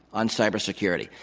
on cyber security.